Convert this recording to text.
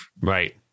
Right